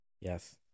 Yes